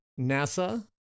NASA